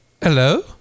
Hello